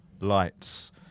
Lights